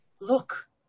Look